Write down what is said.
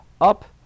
up